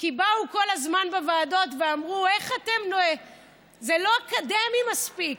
כי באו כל הזמן בוועדות ואמרו: זה לא אקדמי מספיק.